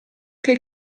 che